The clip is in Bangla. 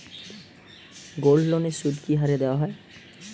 গোল্ডলোনের সুদ কি হারে দেওয়া হয়?